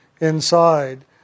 inside